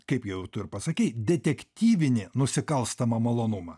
kaip jau tu ir pasakei detektyvinį nusikalstamą malonumą